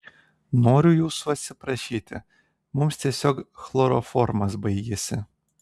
noriu jūsų atsiprašyti mums tiesiog chloroformas baigėsi